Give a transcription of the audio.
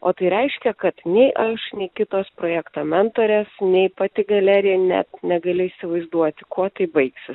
o tai reiškia kad nei aš nei kitos projekto mentorės nei pati galerija ne negaliu įsivaizduoti kuo tai baigsis